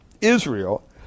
Israel